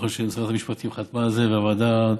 השם שרת המשפטים חתמה על זה וועדת החוקה,